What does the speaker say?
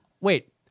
Wait